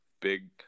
big